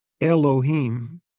Elohim